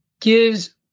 gives